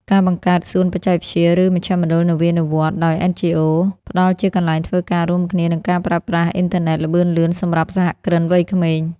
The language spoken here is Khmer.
ការបង្កើត "សួនបច្ចេកវិទ្យា" ឬ "មជ្ឈមណ្ឌលនវានុវត្តន៍" ដោយ NGOs ផ្ដល់ជាកន្លែងធ្វើការរួមគ្នា និងការប្រើប្រាស់អ៊ីនធឺណិតល្បឿនលឿនសម្រាប់សហគ្រិនវ័យក្មេង។